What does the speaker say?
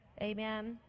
Amen